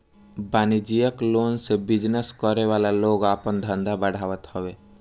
वाणिज्यिक लोन से बिजनेस करे वाला लोग आपन धंधा बढ़ावत हवे